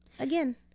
again